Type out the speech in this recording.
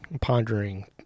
pondering